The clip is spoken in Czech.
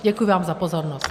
Děkuji vám za pozornost.